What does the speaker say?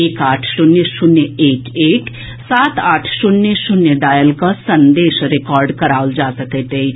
एक आठ शून्य शून्य एक एक सात आठ शून्य शून्य डायल कऽ संदेश रिकार्ड कराओल जा सकैत अछि